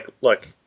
look